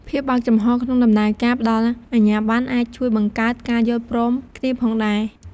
ភាពបើកចំហក្នុងដំណើរការផ្តល់អាជ្ញាបណ្ណ អាចជួយបង្កើតការយល់ព្រមគ្នាផងដែរ។